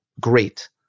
great